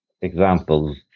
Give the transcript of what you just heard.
examples